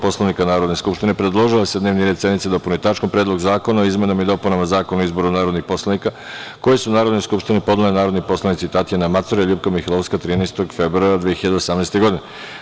Poslovnika Narodne skupštine, predložila je da se dnevni red sednice dopuni tačkom – Predlog zakona o izmenama i dopunama Zakona o izboru narodnih poslanika, koji su Narodnoj skupštini podnele narodni poslanici Tatjana Macura i LJupka Mihajlovska 13. februara 2018. godine.